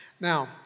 Now